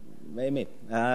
הלאומי.